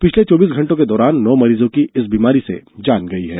पिछले चौबीस घंटों के दौरान नौ मरीजों की इस बीमारी से जान गई है